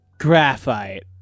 Graphite